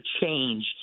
change